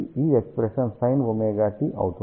కాబట్టి ఈ expression sin ωt అవుతుంది